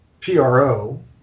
PRO